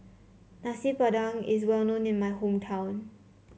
Nasi Padang is well known in my hometown